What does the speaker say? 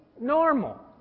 normal